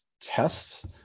tests